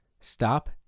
stop